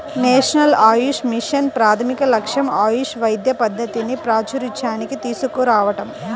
national Ayush mission ప్రాథమిక లక్ష్యం ఆయుష్ వైద్య పద్ధతిని ప్రాచూర్యానికి తీసుకురావటం